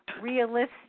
realistic